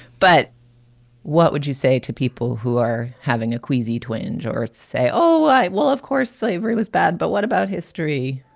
but what would you say to people who are having a queasy twinge or say, oh? like well, of course, slavery was bad, but what about history?